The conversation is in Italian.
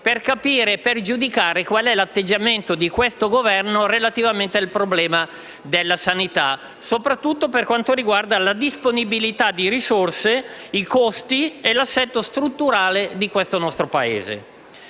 per capire e giudicare l'atteggiamento del Governo relativamente al problema della sanità, soprattutto per quanto riguarda la disponibilità di risorse, i costi e l'assetto strutturale di questo nostro Paese.